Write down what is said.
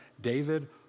David